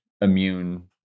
immune